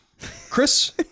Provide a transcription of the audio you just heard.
chris